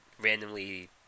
randomly